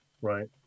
Right